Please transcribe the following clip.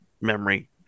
memory